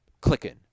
clicking